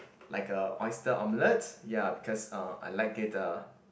like a oyster omelette ya because uh I like it uh